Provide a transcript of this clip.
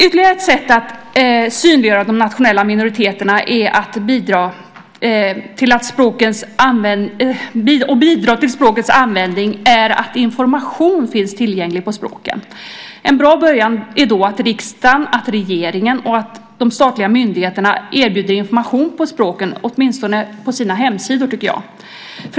Ytterligare ett sätt att synliggöra de nationella minoriteterna och bidra till språkens användning är att information finns tillgänglig på språken. En bra början är då att riksdagen, regeringen och de statliga myndigheterna erbjuder information på språken, åtminstone på sina hemsidor.